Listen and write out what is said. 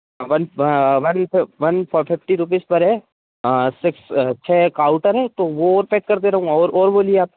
हाँ one one four one four fifty rupees पर है हाँ सिक्स छः का आउटर है तो वो और पैक कर दे रहा हूँ और और बोलिए आप